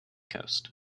coast